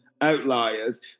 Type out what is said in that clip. outliers